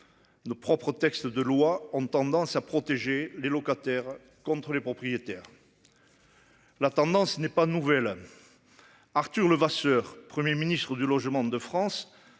Nos propres textes de loi ont tendance à protéger les locataires contre les propriétaires. La tendance n'est pas nouvelle. Arthur Levasseur Premier Ministre du logement de France